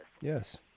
Yes